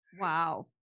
wow